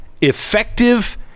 effective